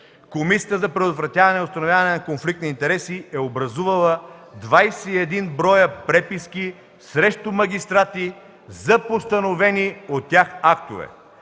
Комисията за предотвратяване и установяване на конфликт на интереси е образувала 21 броя преписки срещу магистрати за постановени от тях актове,